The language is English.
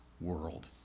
world